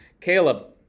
Caleb